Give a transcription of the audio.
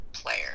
player